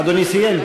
אדוני סיים?